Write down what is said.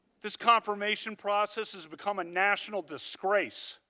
this confirmation process has become a national disgrace.